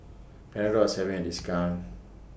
Panadol IS having A discount